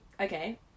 okay